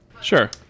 Sure